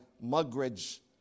Mugridge